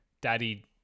Daddy